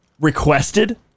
requested